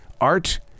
Art